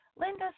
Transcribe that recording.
Linda